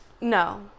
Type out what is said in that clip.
No